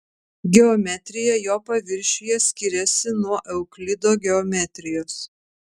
geometrija jo paviršiuje skiriasi nuo euklido geometrijos